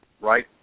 right